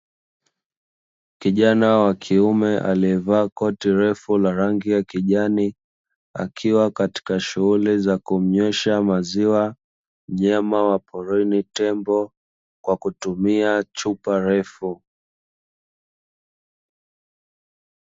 Kijana wa kiume alievaa koti refu la rangi ya kijani, akiwa katika shughuli za kumnywesha maziwa mnyama wa porini tembo kwa kutumia chupa refu.